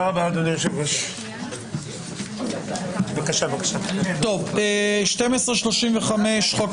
הישיבה ננעלה בשעה 12:35.